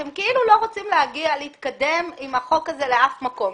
אתם כאילו לא רוצים להתקדם עם החוק הזה לאף מקום.